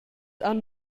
han